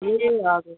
ए हजुर